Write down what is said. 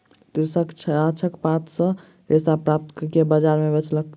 कृषक गाछक पात सॅ रेशा प्राप्त कअ के बजार में बेचलक